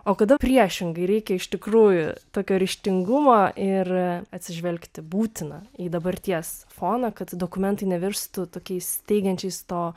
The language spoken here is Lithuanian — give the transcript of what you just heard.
o kada priešingai reikia iš tikrųjų tokio ryžtingumo ir atsižvelgti būtina į dabarties foną kad dokumentai nevirstų tokiais teigiančiais to